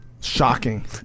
Shocking